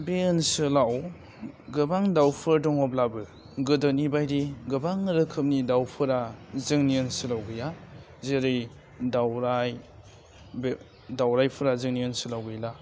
बे ओनसोलाव गोबां दाउफोर दङब्लाबो गोदोनि बायदि गोबां रोखोमनि दाउफोरा जोंनि ओनसोलाव गैया जेरै दाउराइ बे दाउराइफ्रा जोंनि ओनसोलाव गैला